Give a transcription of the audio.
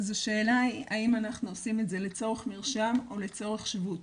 אז השאלה היא האם אנחנו עושים את זה לצורך מרשם או לצורך שבות,